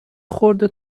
خورده